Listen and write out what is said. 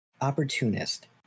opportunist